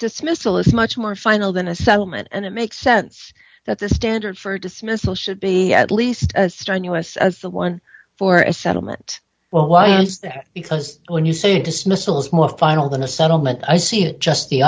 dismissal is much more final than a settlement and it makes sense that the standard for dismissal should be at least as strenuous as the one for a settlement well why is that because when you say dismissals more final than a settlement i see it just the